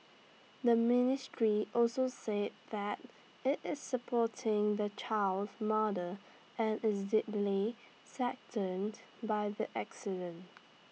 the ministry also say that IT is supporting the child's mother and is deeply saddened by the accident